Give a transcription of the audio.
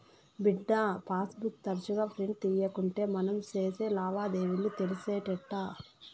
బిడ్డా, passbook తరచుగా print తీయకుంటే మనం సేసే లావాదేవీలు తెలిసేటెట్టా